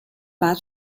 باید